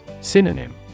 Synonym